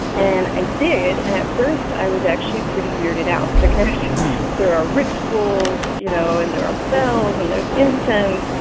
and i did. and at first, i was actually pretty weirded out because there are rituals, you know? and there are bells. and there's incense.